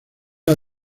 una